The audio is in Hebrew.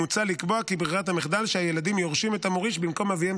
מוצע לקבוע כי ברירת המחדל היא שהילדים יורשים את המוריש במקום אביהם,